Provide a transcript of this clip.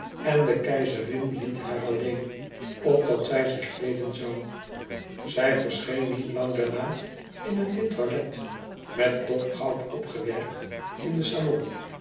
en de keizerin liet haar alleen opdat zij zich kleeden zou ij verscheen niet lang daarna in een wit toilet met dof goud opgewerkt in den salon